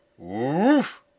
woof,